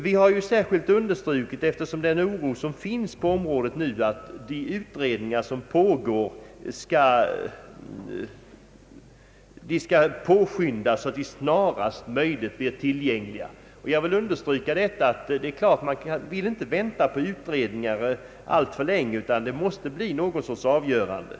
På grund av den oro som nu finns på området har utskottet särskilt understrukit att de utredningar som pågår skall påskyndas så att de snarast möjligt blir tillgängliga. Jag vill understryka att man inte vill vänta alltför länge på utredningar, utan det måste bli något slags avgörande.